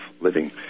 living